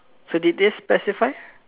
so did they specify